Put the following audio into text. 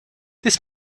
this